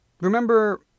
remember